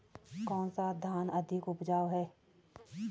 कौन सा धान अधिक उपजाऊ है?